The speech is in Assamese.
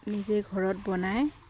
নিজে ঘৰত বনাই